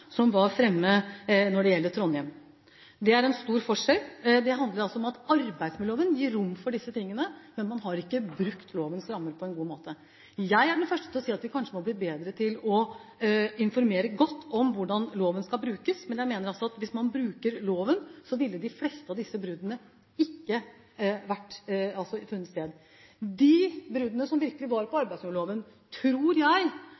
som var fremme i Trondheim. Det er en stor forskjell. Det handler om at arbeidsmiljøloven gir rom for disse tingene, men man har ikke brukt lovens rammer på en god måte. Jeg skal være den første til å si at vi kanskje må bli bedre til å informere godt om hvordan loven skal brukes, men jeg mener at hvis man hadde brukt loven, ville de fleste av disse bruddene ikke funnet sted. De bruddene som virkelig var på arbeidsmiljøloven, tror jeg